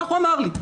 כך הוא אמר לי,